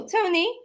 Tony